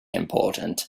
important